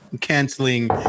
canceling